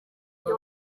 njye